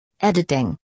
Editing